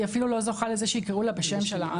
היא אפילו לא זוכה לזה שיקראו לה בשם שלה.